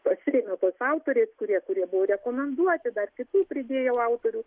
pasirėmiau tais autoriais kurie kurie buvo rekomenduoti dar kitų pridėjau autorių